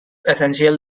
essential